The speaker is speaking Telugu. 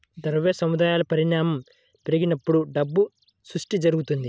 ద్రవ్య సముదాయాల పరిమాణం పెరిగినప్పుడు డబ్బు సృష్టి జరుగుతది